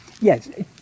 Yes